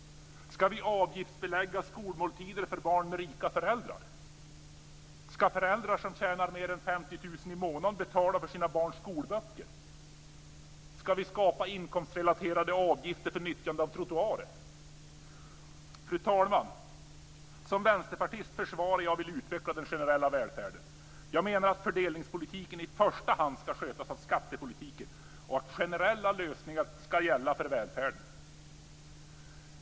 Ska vi avgiftsbelägga skolmåltider för barn med rika föräldrar? Ska föräldrar som tjänar mer än 50 000 i månaden betala för sina barns skolböcker? Ska vi skapa inkomstrelaterade avgifter för nyttjande av trottoarer? Fru talman! Som vänsterpartist försvarar jag och vill utveckla den generella välfärden. Jag menar att fördelningspolitiken i första hand ska skötas av skattepolitiken och att generella lösningar ska gälla för välfärden.